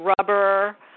rubber